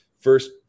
First